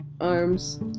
arms